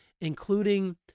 including